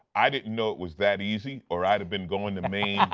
i didn't know it was that easy or i would've been going to maine